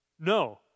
No